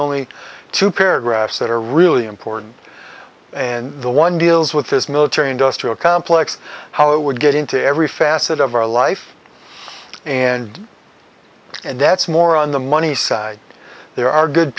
only two paragraphs that are really important and the one deals with his military industrial complex how it would get into every facet of our life and and that's more on the money side there are good